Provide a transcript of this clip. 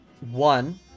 one